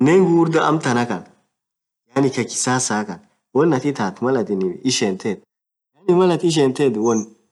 Minen ghughurdha amtan khaan yaani Kaa kisasa Khan wonn athi itathu Mal athin ishethethu